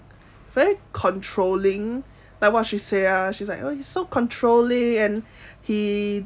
very controlling like what she say ah she's like oh he's so controlling and he